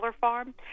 Farm